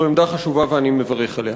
זו עמדה חשובה, ואני מברך עליה.